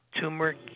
turmeric